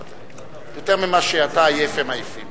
יותר ממה שאתה עייף הם עייפים.